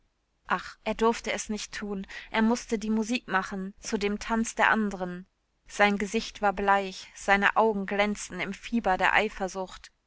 ach er durfte es nicht tun er mußte die musik machen zu dem tanz der anderen sein gesicht war bleich seine augen glänzten im fieber der eifersucht